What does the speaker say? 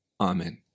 Amen